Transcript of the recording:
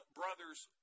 brother's